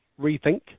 rethink